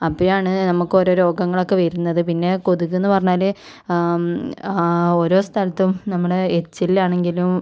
അപ്പോഴാണ് നമുക്ക് ഓരോ രോഗങ്ങളൊക്കെ വരുന്നത് പിന്നെ കൊതുകെന്ന് പറഞ്ഞാൽ ഓരോ സ്ഥലത്തും നമ്മുടെ എച്ചിലിൽ ആണെങ്കിലും